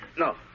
No